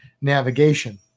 navigation